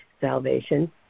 salvation